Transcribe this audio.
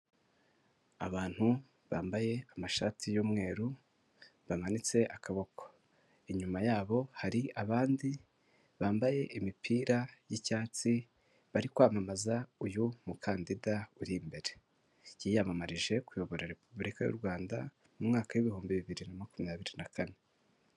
Abantu bambaye amashati y'umweru bamanitse akaboko, inyuma yabo hari abandi bambaye imipira y'icyatsi, bari kwamamaza uyu mukandida uri imbere, yiyamamarije kuyobora Repubulika y'u Rwanda mu mwaka w'ibihumbi bibiri na makumyabiri na kane.